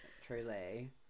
truly